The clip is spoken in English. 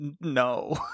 no